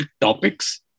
topics